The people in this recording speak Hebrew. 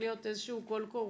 להיות איזשהו קול קורא,